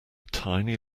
tiny